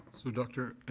so dr.